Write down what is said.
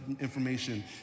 information